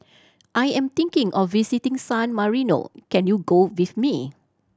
I am thinking of visiting San Marino can you go with me